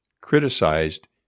criticized